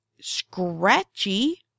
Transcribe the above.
Scratchy